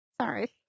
Sorry